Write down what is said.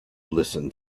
listen